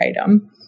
item